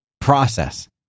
process